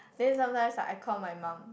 then sometimes I call my mum